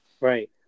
right